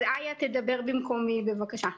אז איה תדבר במקומי, בבקשה.